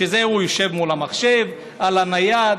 כשהם יושבים מול המחשב, על הנייד.